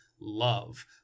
love